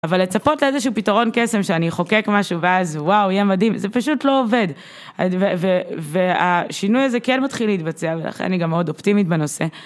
אבל לצפות לאיזשהו פתרון קסם שאני tחוקק משהו ואז וואו, יהיה מדהים, זה פשוט לא עובד. והשינוי הזה כן מתחיל להתבצע ולכן אני גם מאוד אופטימית בנושא.